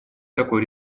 такой